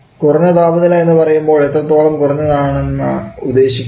കുറഞ്ഞ താപനില എന്നു പറയുമ്പോൾ എത്രത്തോളം കുറഞ്ഞതാണ് ഉദ്ദേശിക്കുന്നത്